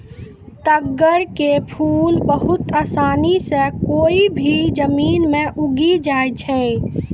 तग्गड़ के फूल बहुत आसानी सॅ कोय भी जमीन मॅ उगी जाय छै